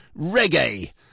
reggae